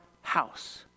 house